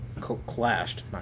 clashed